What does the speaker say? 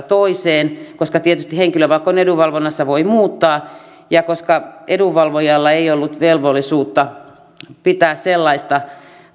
toiseen koska tietysti vaikka on edunvalvonnassa voi muuttaa ja koska edunvalvojalla ei ollut velvollisuutta pitää sellaista